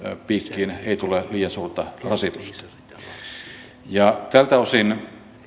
piikkiin ei tule liian suurta rasitusta ja tältä osin